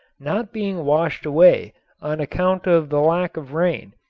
not being washed away on account of the lack of rain,